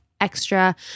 extra